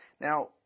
Now